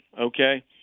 okay